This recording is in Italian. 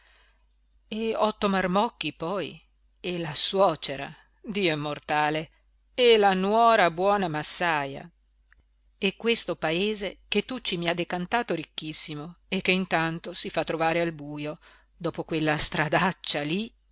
e otto marmocchi poi e la suocera dio immortale e la nuora buona massaja e questo paese che tucci mi ha decantato ricchissimo e che intanto si fa trovare al bujo dopo quella stradaccia lí